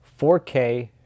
4K